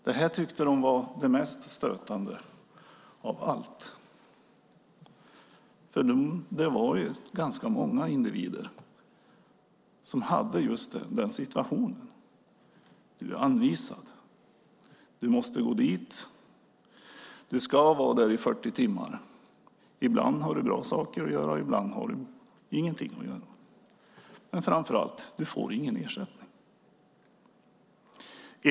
Detta tyckte de var det mest stötande av allt. Det var ganska många som befann sig i just den situationen. De hade blivit tillsagda: Du måste gå dit. Du ska vara där i 40 timmar. Ibland har du bra saker att göra, ibland har du ingenting att göra. Men framför allt får du ingen ersättning.